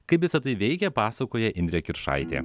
kaip visa tai veikia pasakoja indrė kiršaitė